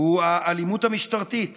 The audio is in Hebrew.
הוא האלימות המשטרתית